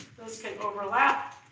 those can overlap.